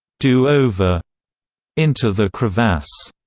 do-over, into the crevasse,